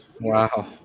Wow